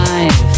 Life